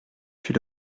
fut